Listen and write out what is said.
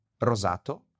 Rosato